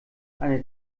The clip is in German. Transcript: eine